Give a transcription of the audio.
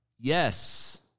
Yes